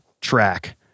track